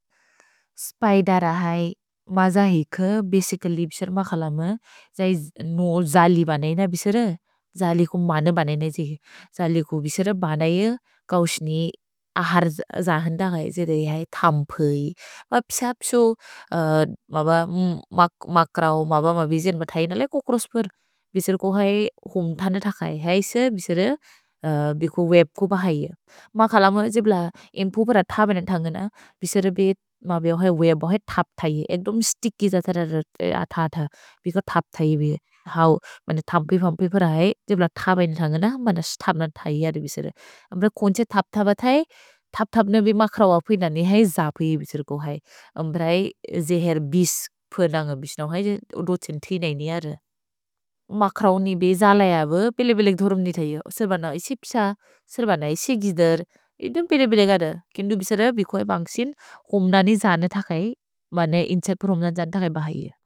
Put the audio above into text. स्बैदर है मज हेक बसिचल्लि बिसेर् मखलम जै जलि बनेइन बिसेर् जलि कु मने बनेइन जिहि। जलि कु बिसेर् बनेइ कौश्नि अहर् जहन्द है बिसेर् तम्प हेइ। भ बिसे हप्सो मक्रौ, मब मबिजिअन् ब थै नल को क्रोस्पेर्। भिसेर् को है हुम् थने थक हेइ। हैसे बिसेर् बिको वेब् को बह हेइ। मखलम जेब्ल एम्पु पर थबेइन थन्गन, बिसेर् बे मबे अहर् वेब् बह हेइ थप् थै हेइ। एक्दोम् स्तिक्कि जतर अथ अथ। भिको थप् थै हेइ बिसे। हौ, बने थम्पि फम्पि पर हेइ, जेब्ल थबेइन थन्गन, बने स्थप्न थै हेइ अद् बिसेर्। अम्ब्र कोन्छे थप् थप थै, थप् थप्न बे मक्रौ अपि ननि है ज अपि हेइ बिसेर् को है। अम्ब्र है जेहेर् बिस्, फुर् नन्ग बिस्नौ हेइ। ओदोत्सिन् थिन हेइ नि अर। मक्रौनि बे जल हेइ अबो, पेलेपेलेक् धुरुम्नि थै हेइ। सेर्बन इसि बिस, सेर्बन इसि गिज्दुर्। इदुम् पेलेपेलेक् अदु। किन्दु बिसेर बिको वेब् अन्ग्सिन्। हुम्दनि जने थक हेइ। भने इन्चेपुर् हुम्दनि जने थक हेइ बह हेइ।